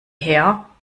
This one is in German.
her